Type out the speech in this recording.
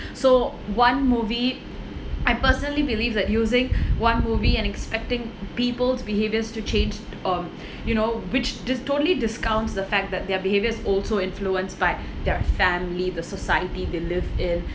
so one movie I personally believe that using one movie and expecting people's behaviors to change um you know which totally discounts the fact that their behaviors also influenced by their family the society they live in